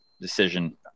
decision